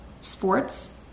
sports